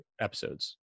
episodes